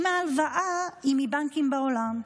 אם ההלוואה היא מבנקים בעולם.